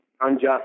unjust